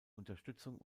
unterstützung